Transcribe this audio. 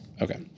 Okay